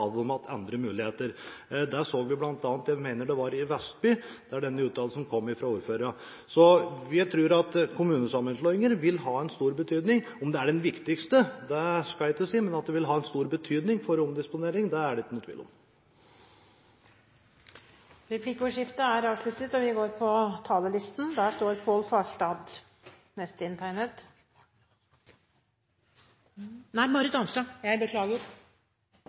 at hadde man hatt større kommuner, hadde sannsynligvis de arealene som har blitt omdisponert, ikke blitt omdisponert, fordi man da hadde hatt andre muligheter. Det så vi bl.a. i Vestby – jeg mener det var der denne uttalelsen kom fra ordføreren. Så vi tror at kommunesammenslåinger vil ha en stor betydning. Om det er den viktigste, skal jeg ikke si, men at det vil ha en stor betydning for omdisponering, er det ingen tvil om. Replikkordskiftet er omme. Det har vært en god behandling av og